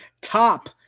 top